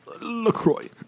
LaCroix